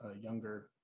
younger